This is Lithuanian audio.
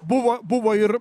buvo buvo ir